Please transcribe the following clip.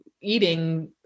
eating